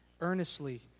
earnestly